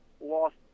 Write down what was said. lost